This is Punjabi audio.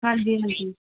ਹਾਂਜੀ ਹਾਂਜੀ